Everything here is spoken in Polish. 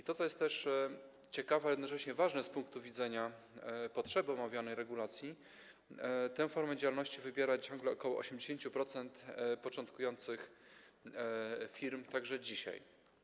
I co jest też ciekawe, a jednocześnie ważne z punktu widzenia potrzeby wprowadzenia omawianej regulacji, tę formę działalności wybiera ciągle ok. 80% początkujących firm także dzisiaj.